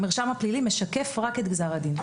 המרשם הפלילי משקף רק את גזר הדין.